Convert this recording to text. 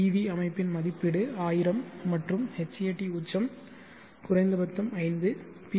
we அமைப்பின் மதிப்பீடு 1000 மற்றும் hat உச்சம் குறைந்தபட்சம் 5 பி